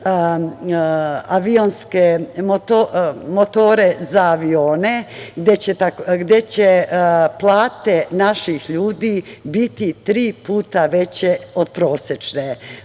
proizvoditi motore za avione, gde će plate naših ljudi biti tri puta veće od prosečne. Moram